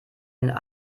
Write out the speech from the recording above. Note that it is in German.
einen